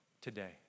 today